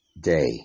day